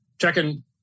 checking